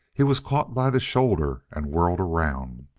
he was caught by the shoulder and whirled around.